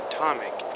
Atomic